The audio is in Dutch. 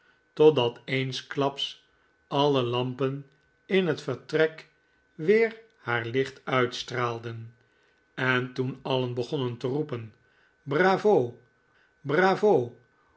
totdat eensklaps alle lampen in het vertrek weer haar licht uitstraalden en toen alien begonnen te roepen bravo i bravo